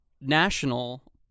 national